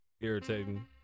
irritating